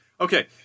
Okay